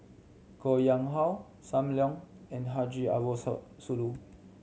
Koh Nguang How Sam Leong and Haji Ambo So Sooloh